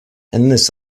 this